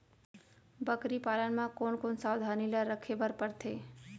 बकरी पालन म कोन कोन सावधानी ल रखे बर पढ़थे?